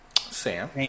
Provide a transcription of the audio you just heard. Sam